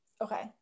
okay